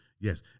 yes